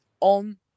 on